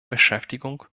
beschäftigung